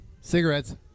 Cigarettes